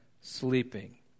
sleeping